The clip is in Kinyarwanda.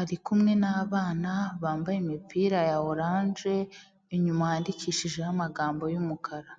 ari kumwe n'abana bambaye imipira ya oranje, inyuma handikishijeho amagambo y'umukara.